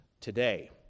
today